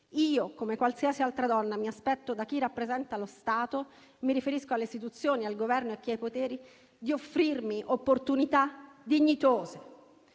Io, come qualsiasi altra donna, mi aspetto da chi rappresenta lo Stato - mi riferisco alle istituzioni, al Governo e a chi ha potere - di offrirmi opportunità dignitose.